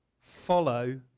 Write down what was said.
Follow